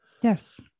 Yes